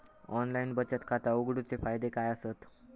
Online बचत खाता उघडूचे फायदे काय आसत?